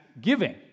giving